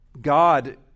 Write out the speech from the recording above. God